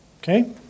Okay